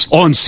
on